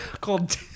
called